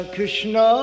Krishna